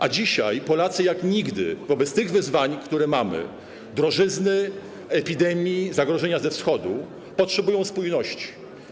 A dzisiaj Polacy jak nigdy wobec tych wyzwań, które mamy, drożyzny, epidemii, zagrożenia ze Wschodu, potrzebują spójności.